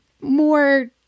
more